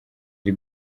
ndi